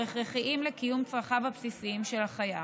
הכרחיים לקיום צרכיו הבסיסיים של החייב.